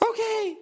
Okay